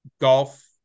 Golf